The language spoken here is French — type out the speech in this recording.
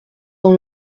dans